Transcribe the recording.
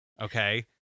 Okay